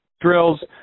drills